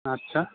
আচ্ছা